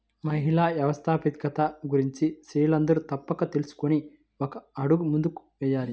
మహిళా వ్యవస్థాపకత గురించి స్త్రీలందరూ తప్పక తెలుసుకొని ఒక అడుగు ముందుకు వేయాలి